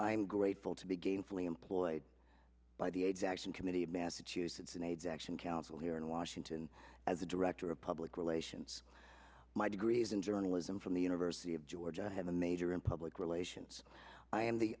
i'm grateful to be gainfully employed by the aids action committee of massachusetts an aids action council here in washington as a director of public relations my degrees in journalism from the university of georgia have a major in public relations i am the